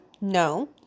No